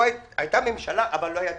הייתה ממשלה אבל לא היה תקציב.